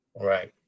Right